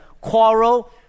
quarrel